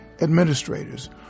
administrators